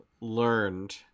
learned